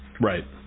Right